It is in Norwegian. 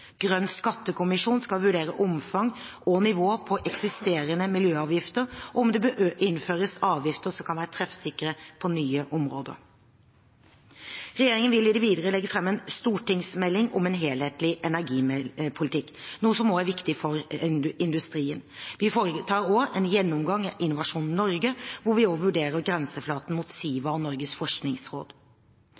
Grønn skattekommisjon skal vurdere omfang og nivå på eksisterende miljøavgifter, og om det bør innføres avgifter som kan være treffsikre på nye områder. Regjeringen vil i det videre legge fram en stortingsmelding om en helhetlig energipolitikk, noe som også er viktig for industrien. Vi foretar også en gjennomgang av Innovasjon Norge hvor vi også vurderer grenseflatene mot SIVA og Norges forskningsråd.